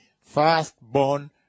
firstborn